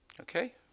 Okay